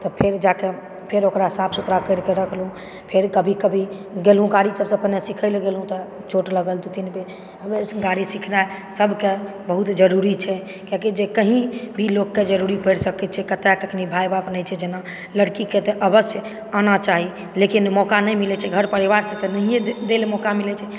तऽ फेर जाके फेर ओकरा साफ़ सुथरा करि के राखलहुॅं फेर कभी कभी गेलहुॅं गाड़ी सबसे पहिने सीख़य लए गेलहुॅं तऽ चोट लगल दू तीन बेर हमरा एहि गाड़ी सीखनाइ सबके बहुत ज़रूरी छै कियाकि जे कहीं भी लोक के ज़रूरी परि सकै छै केकरा कखनी भाय बाप नहि छै जेना लड़कीके तऽ अवश्य आना चाही लेकिन मौक़ा नहि मिलै छै घर परिवारसॅं तऽ नहिए देल मौक़ा मिलै छै